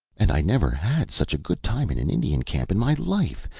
and i never had such a good time in an indian camp in my life,